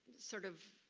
sort of